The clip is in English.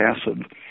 acid